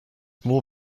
more